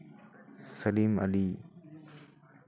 ᱥᱮᱞᱤᱢ ᱟᱹᱞᱤ